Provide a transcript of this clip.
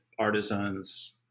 Artisans